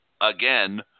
Again